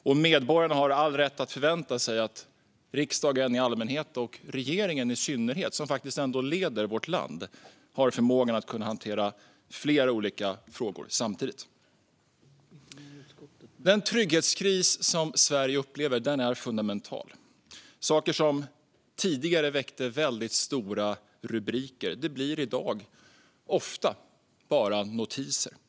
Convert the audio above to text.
Och medborgarna har all rätt att förvänta sig att riksdagen i allmänhet och regeringen i synnerhet, som faktiskt leder vårt land, har förmåga att hantera flera olika frågor samtidigt. Den trygghetskris som Sverige upplever är fundamental. Saker som tidigare väckte väldigt stora rubriker blir i dag ofta bara notiser.